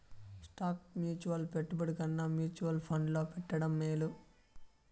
stock mutual పెట్టుబడి కన్నా mutual ఫండ్లో పెట్టడం మేలు